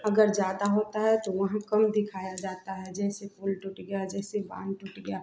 अगर ज़्यादा होता है तो वहाँ कम दिखाया जाता है जैसे पुल टूट गया जैसे बाँध टूट गया